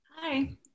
Hi